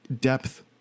depth